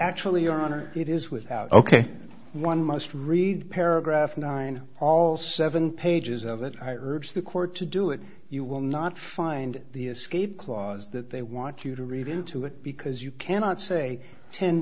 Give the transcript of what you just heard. actually your honor it is without ok one must read paragraph nine all seven pages of it i urge the court to do it you will not find the escape clause that they want you to read into it because you cannot say ten